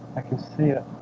i can see it